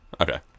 Okay